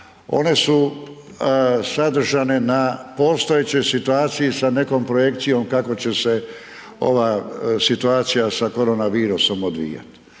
one su sadržane na postojećoj situaciji sa nekom projekcijom kako će se ova situacija sa korona virusom odvijati.